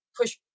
push